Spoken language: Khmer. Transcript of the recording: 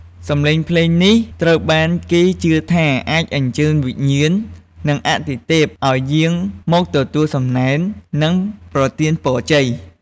សំឡេងភ្លេងនេះត្រូវបានគេជឿថាអាចអញ្ជើញវិញ្ញាណ និងអាទិទេពឲ្យយាងមកទទួលសំណែន និងប្រទានពរជ័យ។